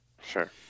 Sure